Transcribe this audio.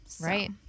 right